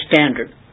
standard